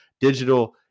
digital